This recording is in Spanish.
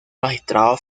magistrado